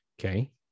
Okay